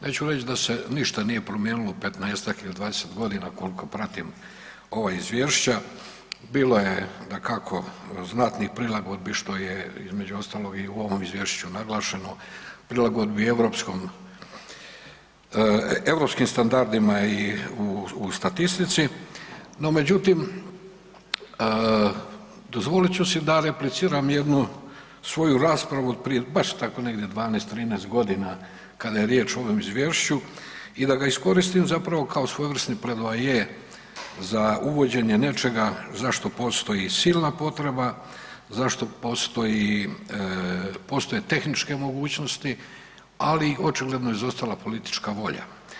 Neću reći da se ništa nije promijenilo u 15-tak, ili 20 godina koliko pratim ova izvješća, bilo je dakako znatnih prilagodbi što je između ostalog i u ovom izvješću naglašeno, prilagodbi europskom, europskim standardima i u statistici, no međutim dozvolit ću si da repliciram jednu svoju raspravu od jedno baš tako negdje 12, 13 godina kada je riječ o ovom izvješću i da ga iskoristim zapravo kao svojevrsni …/nerazumljivo/… za uvođenje nečega uvođenje nečega za što postoji silna potreba, za što postoje tehničke mogućnosti, ali je očigledno izostala politička volja.